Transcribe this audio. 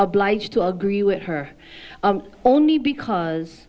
obliged to agree with her only because